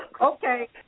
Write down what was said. okay